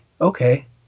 okay